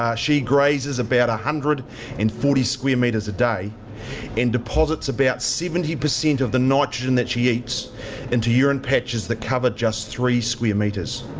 um she grazes about hundred and forty square metres a day and deposits about seventy percent of the nitrogen that she eats into urine patches that cover just three square metres.